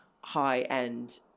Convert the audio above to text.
high-end